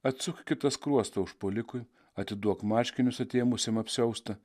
atsuk kitą skruostą užpuolikui atiduok marškinius atėmusiam apsiaustą